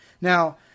Now